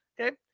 Okay